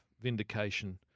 vindication